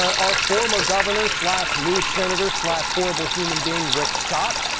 our former governor slash new senator slash horrible human being, rick scott.